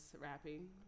rapping